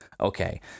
Okay